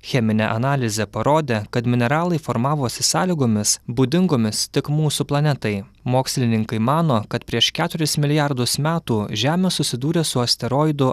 cheminė analizė parodė kad mineralai formavosi sąlygomis būdingomis tik mūsų planetai mokslininkai mano kad prieš keturis milijardus metų žemė susidūrė su asteroidu